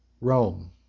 Rome